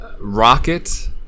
Rocket